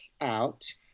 out